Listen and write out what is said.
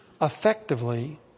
effectively